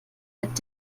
mit